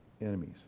enemies